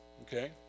okay